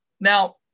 Now